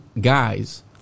guys